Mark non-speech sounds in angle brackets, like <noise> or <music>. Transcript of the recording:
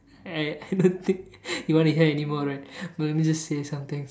I I don't think <laughs> you want to hear anymore right but let me just say somethings